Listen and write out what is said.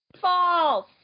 False